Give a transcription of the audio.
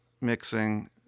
mixing